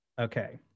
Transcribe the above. Okay